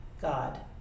God